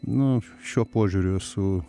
nu šiuo požiūriu esu